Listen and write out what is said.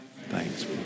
Thanks